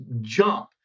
jump